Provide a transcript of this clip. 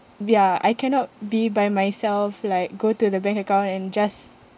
ya I cannot be by myself like go to the bank account and just